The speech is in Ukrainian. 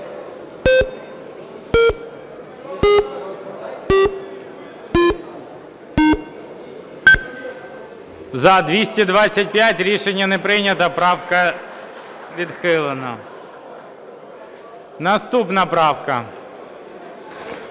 За-225 Рішення не прийнято. Правка відхилена. Наступна правка.